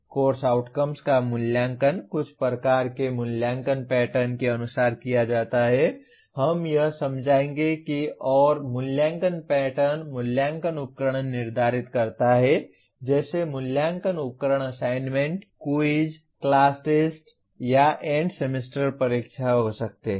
course outcomes का मूल्यांकन कुछ प्रकार के मूल्यांकन पैटर्न के अनुसार किया जाता है हम यह समझाएंगे कि और मूल्यांकन पैटर्न मूल्यांकन उपकरण निर्धारित करता है जैसे मूल्यांकन उपकरण असाइनमेंट क्विज़ क्लास टेस्ट या एंड सेमेस्टर परीक्षा हो सकते हैं